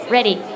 Ready